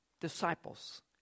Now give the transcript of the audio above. Disciples